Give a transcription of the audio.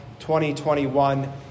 2021